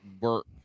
work